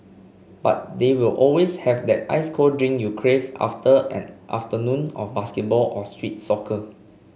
but they will always have that ice cold drink you crave after an afternoon of basketball or street soccer